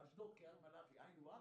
אשדוד וקריית מלאכי זה היינו הך,